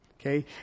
Okay